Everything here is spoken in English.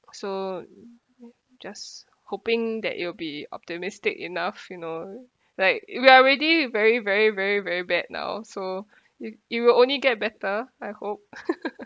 so just hoping that it'll be optimistic enough you know like we are already very very very very bad now so it it will only get better I hope